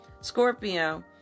Scorpio